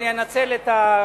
אז אני אנצל את השלוש,